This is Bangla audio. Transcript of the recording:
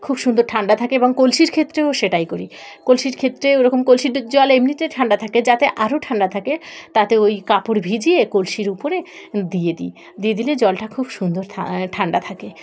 খুব সুন্দর ঠান্ডা থাকে এবং কলসির ক্ষেত্রেও সেটাই করি কলসির ক্ষেত্রে ওরকম কলসির জল এমনিতে ঠান্ডা থাকে যাতে আরও ঠান্ডা থাকে তাতে ওই কাপড় ভিজিয়ে কলসির উপরে দিয়ে দিই দিয়ে দিলে জলটা খুব সুন্দর ঠান্ডা থাকে